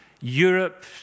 Europe